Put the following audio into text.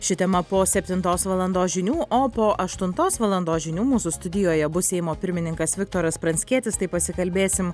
ši tema po septintos valandos žinių o po aštuntos valandos žinių mūsų studijoje bus seimo pirmininkas viktoras pranckietis tai pasikalbėsim